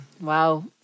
wow